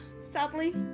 Sadly